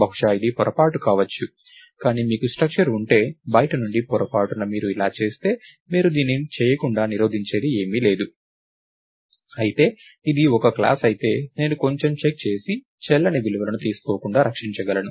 బహుశా ఇది పొరపాటు కావచ్చు కానీ మీకుస్ట్రక్చర్ ఉంటే బయటి నుండి పొరపాటున మీరు ఇలా చేస్తే మీరు దీన్ని చేయకుండా నిరోధించేది ఏమీ లేదు అయితే ఇది ఒక క్లాస్ అయితే నేను కొంచెం చెక్ చేసి చెల్లని విలువలను తీసుకోకుండా రక్షించగలను